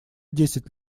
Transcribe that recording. десять